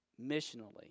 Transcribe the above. missionally